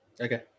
Okay